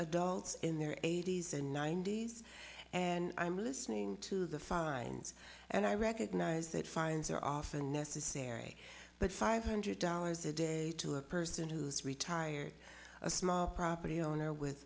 adults in their eighty's and ninety's and i'm listening to the fines and i recognize that fines are often necessary but five hundred dollars a day to a person who's retired a small property owner with